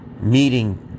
Meeting